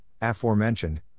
aforementioned